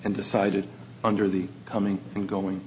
and decided under the coming and going